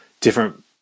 different